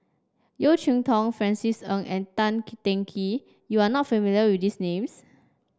Yeo Cheow Tong Francis Ng and Tank Teng Kee you are not familiar with these names